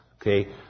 okay